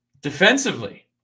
Defensively